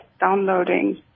downloading